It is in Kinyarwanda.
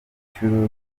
inshuro